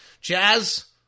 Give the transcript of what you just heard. Jazz